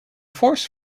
force